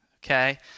Okay